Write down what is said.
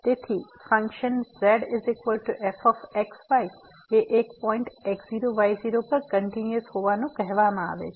તેથી function z f x y એ એક પોઈન્ટ x0 y0 પર કંટીન્યુઅસ હોવાનું કહેવામાં આવે છે